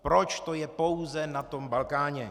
Proč to je pouze na tom Balkáně?